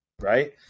right